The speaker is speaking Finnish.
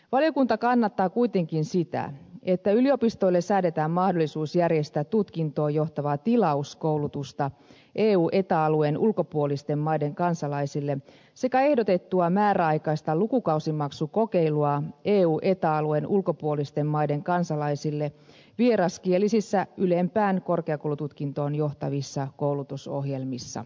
valiokunta kannattaa kuitenkin sitä että yliopistoille säädetään mahdollisuus järjestää tutkintoon johtavaa tilauskoulutusta eu ja eta alueen ulkopuolisten maiden kansalaisille sekä ehdotettua määräaikaista lukukausimaksukokeilua eu ja eta alueen ulkopuolisten maiden kansalaisille vieraskielisissä ylempään korkeakoulututkintoon johtavissa koulutusohjelmissa